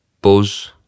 buzz